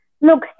look